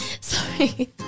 Sorry